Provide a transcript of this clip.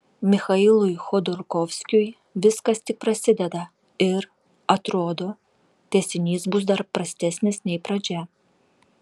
michailui chodorkovskiui viskas tik prasideda ir atrodo tęsinys bus dar prastesnis nei pradžia